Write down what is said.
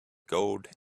gold